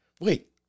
Wait